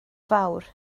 fawr